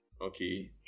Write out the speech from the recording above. okay